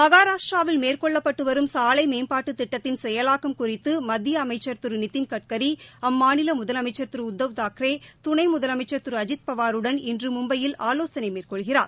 மகாராஷ்டிராவில் மேற்கொள்ளப்பட்டு வரும் சாலை மேம்பாட்டுத் திட்டத்தின் செயலாக்கம் குறித்து மத்திய அமைச்சர் திரு நிதின்கட்கரி அம்மாநில முதலமைச்சர் திரு உத்தவ் தாக்ரே துணை முதலமைச்சர் திரு அஜித்பவாருடன் இன்று மும்பையில் ஆலோசனை மேற்கொள்கிறார்